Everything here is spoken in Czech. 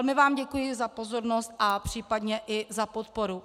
Velmi vám děkuji za pozornost a případně i za podporu.